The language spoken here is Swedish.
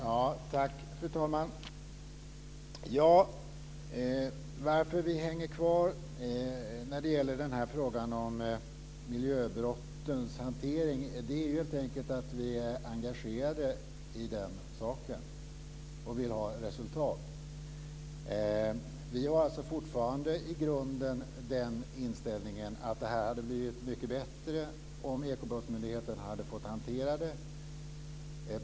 Fru talman! Anledningen till att vi hänger kvar när det gäller frågan om miljöbrottens hantering är helt enkelt att vi är engagerade i den saken och vill ha resultat. Vi har fortfarande i grunden den inställningen att det här hade blivit mycket bättre om Ekobrottsmyndigheten hade fått hantera det.